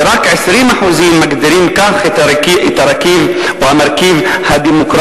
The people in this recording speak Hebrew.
ורק 20% מגדירים כך את המרכיב הדמוקרטי.